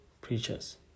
preachers